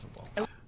football